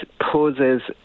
poses